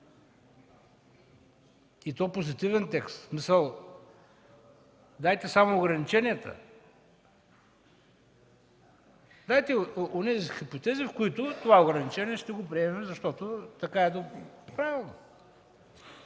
и то позитивен текст – дайте само ограниченията, дайте онези хипотези, в които това ограничение ще го приемем, защото така е правилно.